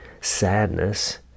sadness